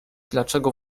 dlaczego